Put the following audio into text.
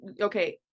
okay